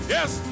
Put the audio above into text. Yes